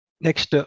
Next